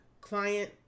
client